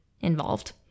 involved